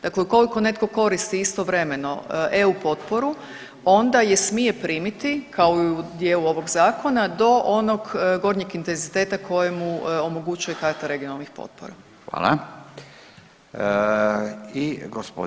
Dakle ukoliko netko koristi istovremeno EU potporu, onda je smije primiti, kao i u dijelu ovog Zakona, do onog gornjeg intenziteta koji mu omogućuje karta regionalnih potpora.